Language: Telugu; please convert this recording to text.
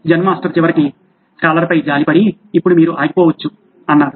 జెన్ మాస్టర్ చివరకు స్కాలర్ పై జాలిపడి ఇప్పుడు మీరు ఆగిపోవచ్చు అన్నారు